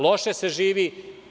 Loše se živi.